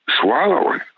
swallowing